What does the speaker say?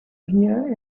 here